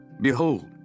Behold